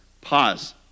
Pause